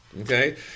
okay